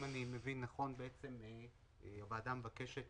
אם אני מבין נכון הוועדה מבקשת